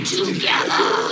together